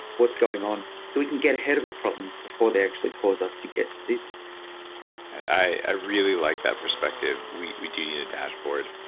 what's going on so we can get ahead of the problems before they actually cause us to get diseases i really like that perspective. we we do need a dashboard.